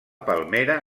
palmera